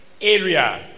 area